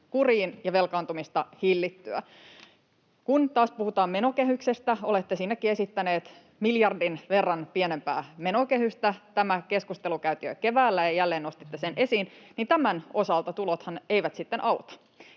kuriin ja velkaantumista hillittyä. Kun taas puhutaan menokehyksestä ja olette esittäneet miljardin verran pienempää menokehystä — tämä keskustelu käytiin jo keväällä, ja jälleen nostitte sen esiin — niin tämän osaltahan tulot eivät sitten auta,